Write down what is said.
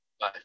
Bye